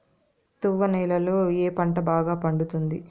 తువ్వ నేలలో ఏ పంట బాగా పండుతుంది?